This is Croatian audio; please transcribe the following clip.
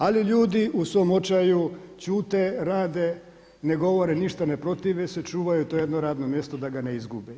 Ali ljudi u svom očaju ćute, rade, ne govore ništa, ne protive se, čuvaju to jedno radno mjesto da ga ne izgube.